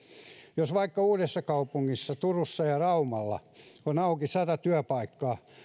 jos vaikka uudessakaupungissa turussa tai raumalla on auki sata työpaikkaa